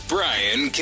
Brian